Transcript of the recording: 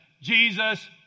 Jesus